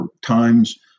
times